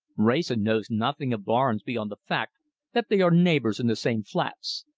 wrayson knows nothing of barnes beyond the fact that they are neighbours in the same flats.